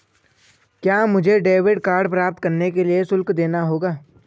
क्या मुझे debit card प्राप्त करने के लिए शुल्क देना होगा?